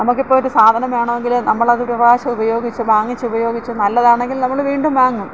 നമുക്ക് ഇപ്പോൾ ഒരു സാധനം വേണമെങ്കിൽ നമ്മൾ അത് ഒരു പ്രാവശ്യം ഉപയോഗിച്ച് വാങ്ങിച്ച് നല്ലതാണെങ്കിൽ നമ്മൾ വീണ്ടും വാങ്ങും